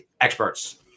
experts